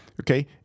okay